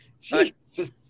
Jesus